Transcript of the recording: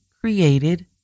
created